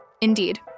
Indeed